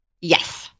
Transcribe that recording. Yes